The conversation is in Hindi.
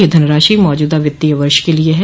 यह धनराशि मौजूदा वित्तीय वर्ष के लिए है